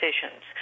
decisions